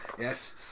Yes